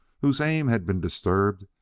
whose aim had been disturbed,